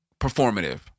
performative